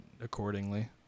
accordingly